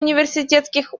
университетских